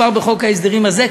כבר בחוק ההסדרים הזה.